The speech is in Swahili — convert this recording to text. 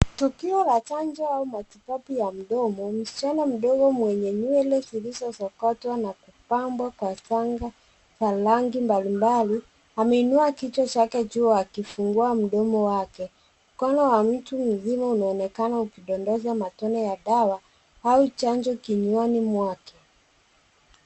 Tukio la chanjo au matibabu ya mdomo. Msichana mdogo mwenye nyewele zilizosokotwa na kupambwa kwa shanga za rangi mbalimbali ameinua kichwa chake juu akifungua mdomo wake. Mkono wa mtu mzima unaonekana ukidondosa matone ya dawa au chanjo kinywani mwake.